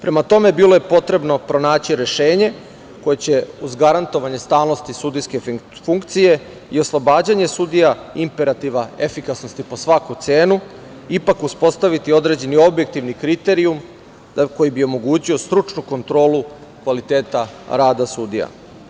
Prema tome, bilo je potrebno pronaći rešenje koje će uz garantovanje stalnosti sudijske funkcije i oslobađanje sudija imperativa efikasnosti po svaku cenu ipak uspostaviti određeni objektivni kriterijum koji bi omogućio stručnu kontrolu kvaliteta rada sudija.